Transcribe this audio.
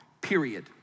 period